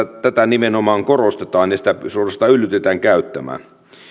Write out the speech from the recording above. tätä nimenomaan korostetaan ja sitä suorastaan yllytetään käyttämään